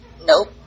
Nope